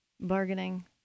bargaining